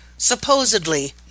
supposedly